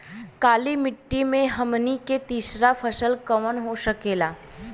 काली मिट्टी में हमनी के तीसरा फसल कवन हो सकेला?